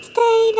Stay